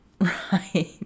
Right